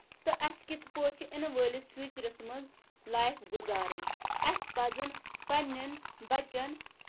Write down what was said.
تہٕ اَسہِ کِتھ پٲٹھۍ چھِ یِنہٕ وٲلِس فوٗچرَس منٛز لایف گُزارٕنۍ اَسہِ پَزن پَنٕنین بَچن